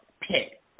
pick